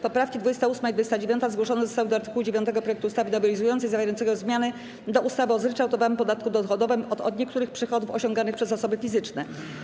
Poprawki 28. i 29. zgłoszone zostały do art. 9 projektu ustawy nowelizującej zawierającego zmiany do ustawy o zryczałtowanym podatku dochodowym od niektórych przychodów osiąganych przez osoby fizyczne.